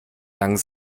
lang